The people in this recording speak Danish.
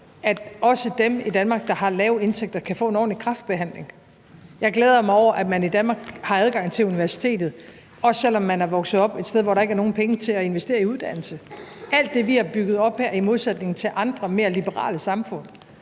at også dem i Danmark, der har lave indtægter, kan få en ordentlig kræftbehandling. Jeg glæder mig over, at man i Danmark har adgang til universitetet, også selv om man er vokset op et sted, hvor der ikke er nogen penge til at investere i uddannelse. Alt det, vi har bygget op her i modsætning til andre mere liberale samfund,